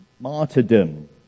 martyrdom